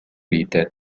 vite